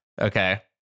Okay